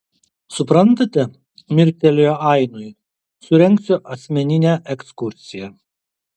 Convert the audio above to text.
suprantate mirktelėjo ainui surengsiu asmeninę ekskursiją